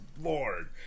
Lord